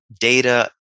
data